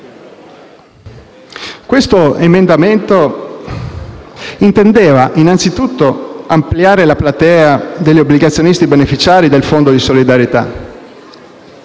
Tale emendamento intendeva, in primo luogo, ampliare la platea degli obbligazionisti beneficiari del fondo di solidarietà